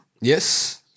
Yes